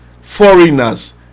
foreigners